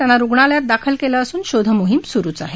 त्यांना रुग्णालयात दाखल केलं असून शोधमोहीम सुरुच आहे